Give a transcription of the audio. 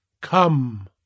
come